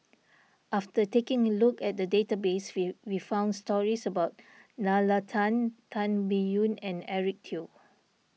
after taking a look at the database we found stories about Nalla Tan Tan Biyun and Eric Teo